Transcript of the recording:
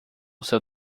seu